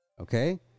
Okay